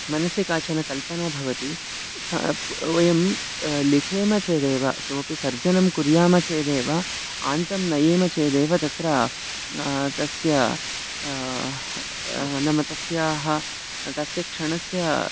मनसि काचन कल्पना भवति सा प् वयं लिखेम चेदेव किमपि सर्जनं कुर्यामः चेदेव आन्तं नयेम चेदेव तत्र तस्य नाम तस्याः तस्य क्षणस्य